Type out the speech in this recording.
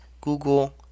Google